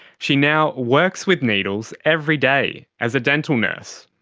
she now works with needles every day as a dental nurse.